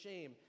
shame